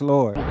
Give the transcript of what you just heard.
Lord